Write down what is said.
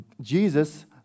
Jesus